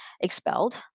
expelled